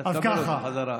אתה תקבל אותו בחזרה.